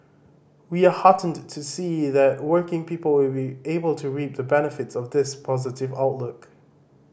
we are heartened to see that working people will be able to reap the benefits of this positive outlook